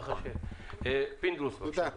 פינדרוס, בבקשה.